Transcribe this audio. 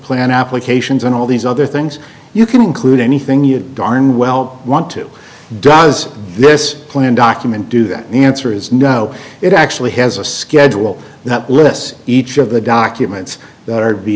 plan applications on all these other things you can include anything you darn well want to does this plan document do that the answer is no it actually has a schedule that lists each of the documents that are